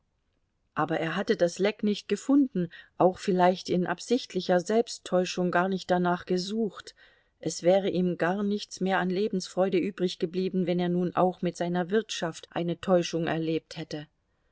aber er hatte das leck nicht gefunden auch vielleicht in absichtlicher selbsttäuschung gar nicht danach gesucht es wäre ihm gar nichts mehr an lebensfreude übriggeblieben wenn er nun auch mit seiner wirtschaft eine täuschung erlebt hätte